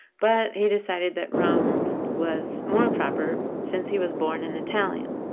but he decided that rome was more proper, since he was born an italian.